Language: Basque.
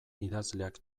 idazleak